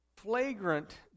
flagrant